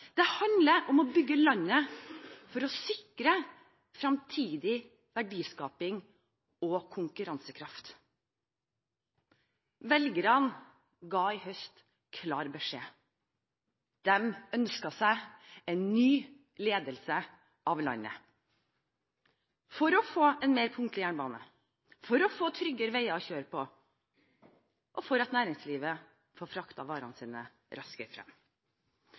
Det handler om å bygge landet for å sikre fremtidig verdiskaping og konkurransekraft. Velgerne ga i høst klar beskjed: De ønsket seg en ny ledelse av landet – for å få en mer punktlig jernbane, for å få tryggere veier å kjøre på, og for at næringslivet skal få fraktet varene sine raskere frem.